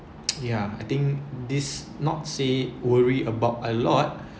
ya I think this not say worry about a lot